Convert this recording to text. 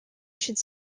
should